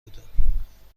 بودم